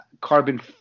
carbon